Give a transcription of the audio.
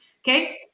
Okay